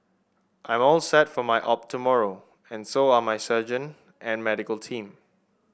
I'm all set for my op tomorrow and so are my surgeon and medical team